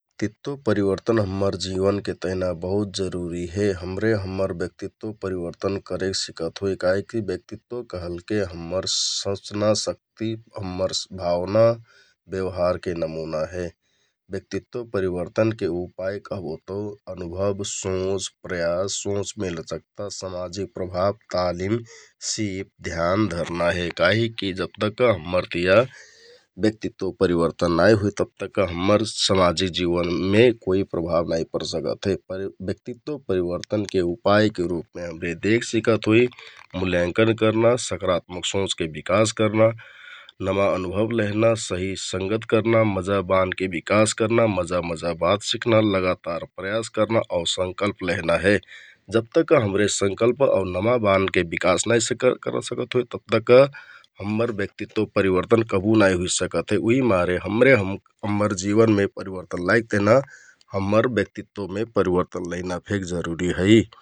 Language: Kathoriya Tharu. परिवर्तन हम्मर जिवनके तेहना बहुत जरुरी हे । हमरे हम्मर ब्यक्तित्व परिवर्तन करेक सिकत होइ काहिककि ब्यक्तित्व कहलेके हम्मर संचना शक्ति, हम्मर भावना, ब्यवहारके नमुना हे । ब्यक्तित्व परिवर्तनके उपाइन कहबो तो अनुभव, सोंच, प्रयास, सोंचमे लचकता, समाजिक प्रभाव, तालिम, सिप, ध्यान धरना हे । काहिककि तब तक्का हम्मर तिया ब्यक्तित्व परिवर्तन नाइ होइ तब तक्का हम्मर समाजिक जिवनमे कोइ प्रभाव नाइ परसकत हे । ब्यक्तित्व परिवर्तनके उपाइके रुपमे हमरे देख सिकत होइ मुल्याँकन करना, सकारात्मक सोंचके बिकास करना, नमा अनुभव लेहना, सहि संगत करना, मजा बानके बिकास करना, मजा बात सिखना, लगातार प्रयास करना आउ शंकल्प लेहना हे । जब तक्का हमरे संकल्प आउ नमा बानके बिकास नाइ करसिकत होइ तब तक्का हम्मर ब्यक्तित्व परिवर्तन कबु नाइ हुइसकत हे । उहिमारे हमरे हम्मर जिवनमे परिवर्तन लाइक तेहना हम्मर ब्यक्तित्वमे परिवर्तन लैना फेक जरुरी है ।